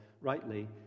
rightly